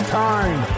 time